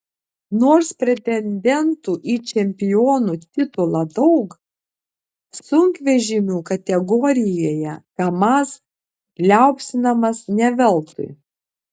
nors pretendentų į čempionų titulą daug sunkvežimių kategorijoje kamaz liaupsinamas ne veltui